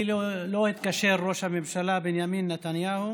אליי לא התקשר ראש הממשלה בנימין נתניהו